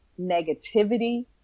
negativity